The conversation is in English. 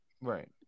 Right